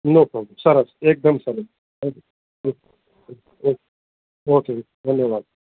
નો problem સરસ એકદમ સરસ ઓકે હ હમ હમમ ઓકે ધન્યવાદ